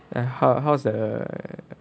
err how how like err